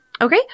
Okay